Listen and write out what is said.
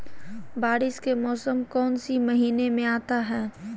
बारिस के मौसम कौन सी महीने में आता है?